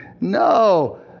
No